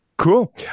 Cool